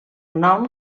nom